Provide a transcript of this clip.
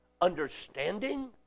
understanding